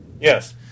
Yes